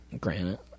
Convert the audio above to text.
Granite